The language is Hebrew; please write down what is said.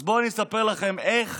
אז בואו אני אספר לכם איך